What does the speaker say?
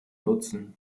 nutzen